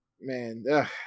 Man